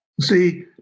See